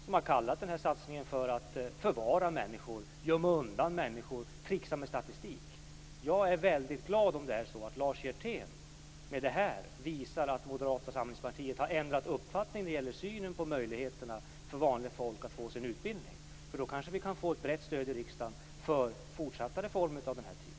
Man har kallat den att förvara människor, att gömma undan människor och att tricksa med statistik. Jag är väldigt glad om Lars Hjertén med det här visar att Moderata samlingspartiet har ändrat uppfattning när det gäller synen på möjligheterna för vanligt folk att få sin utbildning. Då kanske vi kan få ett brett stöd i riksdagen för fortsatta reformer av den här typen.